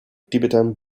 tibetan